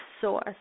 source